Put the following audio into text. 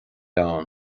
ann